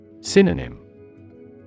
Synonym